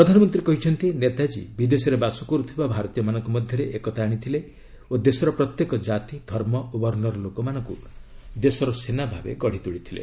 ପ୍ରଧାନମନ୍ତ୍ରୀ କହିଛନ୍ତି ନେତାଜ୍ଞୀ ବିଦେଶରେ ବାସ କରୁଥିବା ଭାରତୀୟମାନଙ୍କ ମଧ୍ୟରେ ଏକତା ଆଣିଥିଲେ ଓ ଦେଶର ପ୍ରତ୍ୟେକ କାତି ଧର୍ମ ଓ ବର୍ଣ୍ଣର ଲୋକମାନଙ୍କୁ ଦେଶର ସେନା ଭାବେ ଗଢ଼ିତୋଳିଥିଲେ